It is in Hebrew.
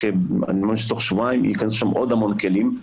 ואני מאמין שתוך שבועיים ייכנסו שם עוד המון כלים,